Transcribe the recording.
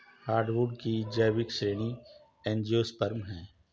hardwood की जैविक श्रेणी एंजियोस्पर्म है